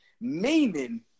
meaning